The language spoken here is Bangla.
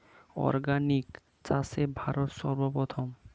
অর্গানিক চাষে ভারত সর্বপ্রথম